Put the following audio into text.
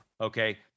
okay